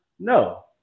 no